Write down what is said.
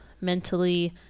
mentally